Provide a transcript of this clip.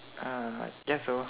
I guess so